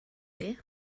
chi